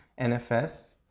NFS